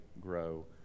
grow